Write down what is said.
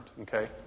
okay